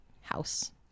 house